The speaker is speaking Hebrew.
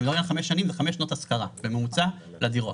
חמש שנות השכרה בממוצע לדירות.